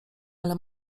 ale